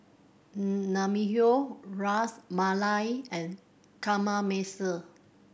Naengmyeon Ras Malai and Kamameshi